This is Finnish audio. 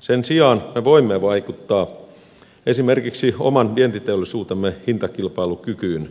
sen sijaan me voimme vaikuttaa esimerkik si oman vientiteollisuutemme hintakilpailukykyyn